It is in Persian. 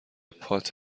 پات